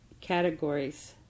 categories